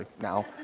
now